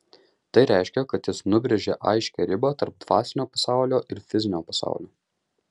tai reiškia kad jis nubrėžia aiškią ribą tarp dvasinio pasaulio ir fizinio pasaulio